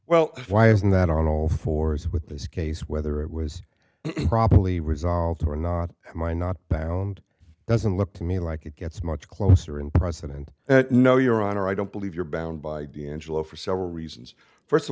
well why isn't that on all fours with this case whether it was properly resolved or not my not bound doesn't look to me like it gets much closer and president no your honor i don't believe you're bound by d'angelo for several reasons first of